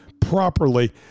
properly